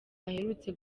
aherutse